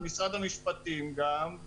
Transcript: משרד המשפטים גם,